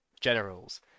Generals